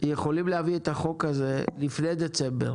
יכולים להביא את החוק הזה לפני דצמבר